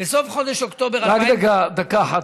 בסוף חודש אוקטובר, רק דקה אחת.